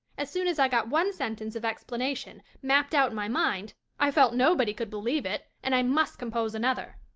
as soon as i got one sentence of explanation mapped out in my mind i felt nobody could believe it and i must compose another.